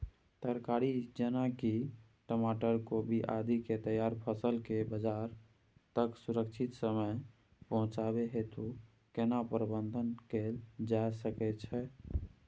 तरकारी जेना की टमाटर, कोबी आदि के तैयार फसल के बाजार तक सुरक्षित समय पहुँचाबै हेतु केना प्रबंधन कैल जा सकै छै?